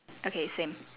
okay same